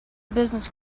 business